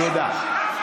תודה.